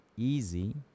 easy